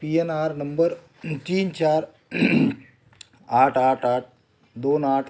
P N R number तीन चार आठ आठ आठ दोन आठ